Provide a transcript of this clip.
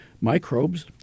microbes